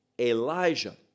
elijah